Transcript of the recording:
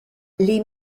les